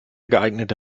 geeignete